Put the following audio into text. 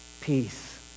Peace